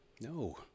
No